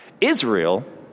Israel